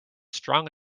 strong